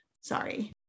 sorry